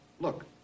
Look